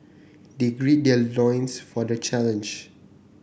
they gird their loins for the challenge